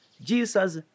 jesus